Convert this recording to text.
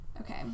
Okay